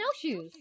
snowshoes